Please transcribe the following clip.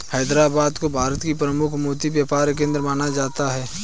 हैदराबाद को भारत का प्रमुख मोती व्यापार केंद्र माना जाता है